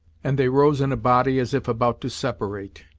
and they rose in a body as if about to separate.